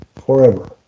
forever